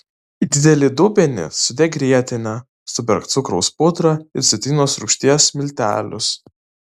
į didelį dubenį sudėk grietinę suberk cukraus pudrą ir citrinos rūgšties miltelius